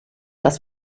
das